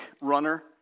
runner